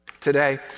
today